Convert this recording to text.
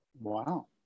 Wow